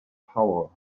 power